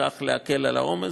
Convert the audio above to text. וכך להקל את העומס.